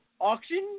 Auction